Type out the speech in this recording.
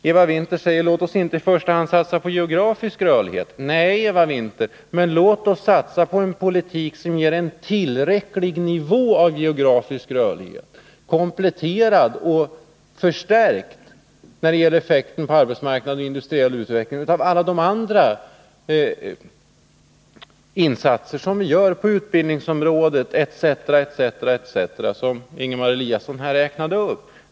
Eva Winther säger: Låt oss inte i första hand satsa på geografisk rörlighet. Nej, men låt oss satsa på en politik som ger en tillräcklig nivå av geografisk rörlighet, kompletterad och förstärkt när det gäller effekten på arbetsmark nad och industriell utveckling av alla de andra insatser som vi gör på utbildningsområdet och de övriga områden som Ingemar Eliasson räknade upp.